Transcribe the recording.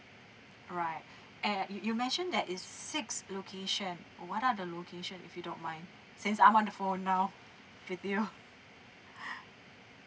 alright and and you you mentioned there is six location what are the locations if you don't mind since I'm on the phone now with you